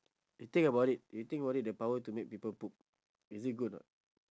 you think about it you think about it the power to make people poop is it good or not